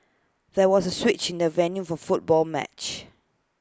there was A switch in the venue for football match